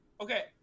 Okay